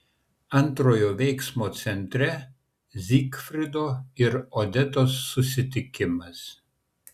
antrojo veiksmo centre zygfrido ir odetos susitikimas